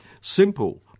simple